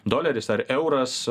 doleris ar euras